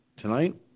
tonight